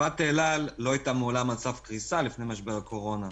חברת אל על לא היתה מעולם על סף קריסה לפני משבר הקורונה.